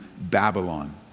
Babylon